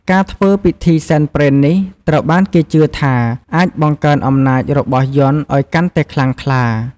ការធ្វើពិធីសែនព្រេននេះ ត្រូវបានគេជឿថាអាចបង្កើនអំណាចរបស់យ័ន្តឱ្យកាន់តែខ្លាំងក្លា។